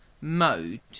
mode